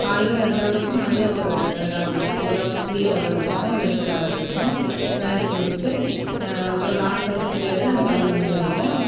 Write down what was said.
காலைல ரெண்டு அவர் இருக்கும் மதியம் ஒரு ரெண்டு அவர் இருக்கும் ஒரு அவர் ஃபிரீயாக அவர் இருக்கும் லெஷர் அவர் இருக்கும் லன்ச் முடிச்சுட்டு அப்புறம் லாஸ்ட் அவர் ஃபிரீயாக ஆயிட்டு நாங்கள் கிளம்பி வந்துடுவோம்